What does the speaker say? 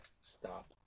stop